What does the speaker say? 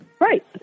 Right